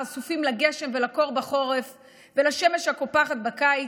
חשופים לגשם ולקור בחורף ולשמש הקופחת בקיץ,